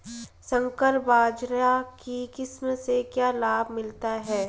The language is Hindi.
संकर बाजरा की किस्म से क्या लाभ मिलता है?